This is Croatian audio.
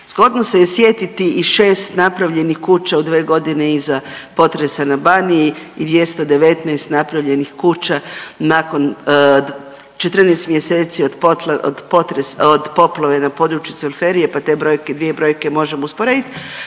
Zgodno se je sjetiti i šest napravljenih kuća u dve godine iza potresa na Baniji i 219 napravljenih kuća nakon 14 mjeseca od poplave na području Cvelferije pa te brojke dvije brojke možemo usporedit.